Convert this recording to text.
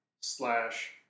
slash